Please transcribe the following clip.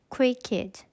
Cricket